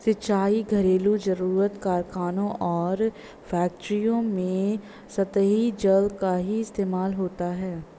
सिंचाई, घरेलु जरुरत, कारखानों और फैक्ट्रियों में सतही जल का ही इस्तेमाल होता है